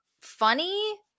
funny